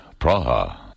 Praha